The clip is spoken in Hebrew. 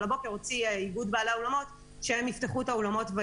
הבוקר הוציא איגוד בעלי האולמות שהם יפתחו את האולמות,